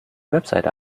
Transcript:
website